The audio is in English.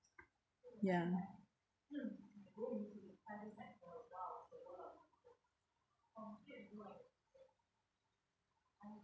ya